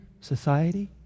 society